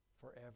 forever